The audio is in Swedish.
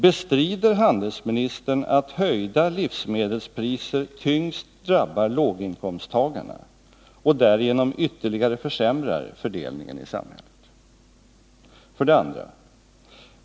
Bestrider handelsministern att höjda livsmedelspriser tyngst drabbar låginkomsttagarna och därigenom ytterligare försämrar fördelningen i samhället? 2.